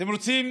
אתם רוצים,